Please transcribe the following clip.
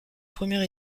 première